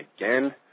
again